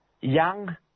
young